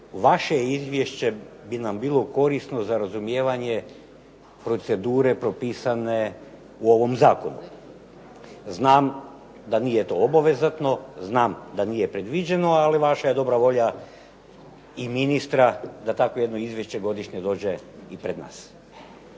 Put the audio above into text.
vaše Izvješće bi nam bilo korisno za razumijevanje procedure propisane u ovom zakonu. Znam da to nije obvezatno, znam da nije predviđeno, ali vaša je dobra volja i ministra da takvo jedno izvješće godišnje dođe i pred nas.